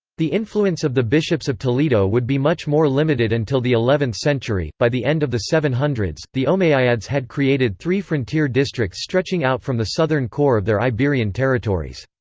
the influence of the bishops of toledo would be much more limited until the eleventh century by the end of the seven hundred s, the omeyyads had created three frontier districts stretching out from the southern core of their iberian territories.